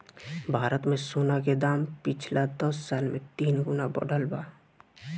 भारत मे सोना के दाम पिछला दस साल मे तीन गुना बढ़ल बा